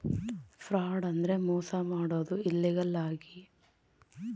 fraud ಅಂದ್ರೆ ಮೋಸ ಮಾಡೋದು ಇಲ್ಲೀಗಲ್ ಆಗಿ